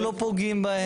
אנחנו לא פוגעים בהם.